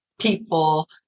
people